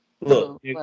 Look